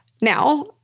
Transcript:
Now